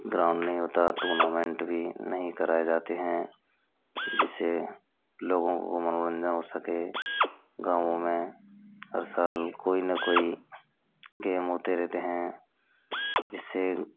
ground नहीं होता tournament भी नहीं कराए जाते हैं जिससे लोगों को मनोरंजन हो सके गाँव में हर साल कोई ना कोई गेम होते रहते हैं जिससे